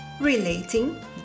relating